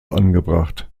angebracht